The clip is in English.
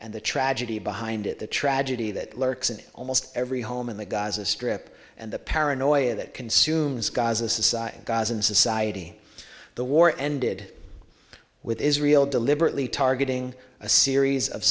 and the tragedy behind it the tragedy that lurks in almost every home in the gaza strip and the paranoia that consumes gaza society gaza and society the war ended with israel deliberately targeting a series of